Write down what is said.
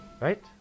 Right